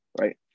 right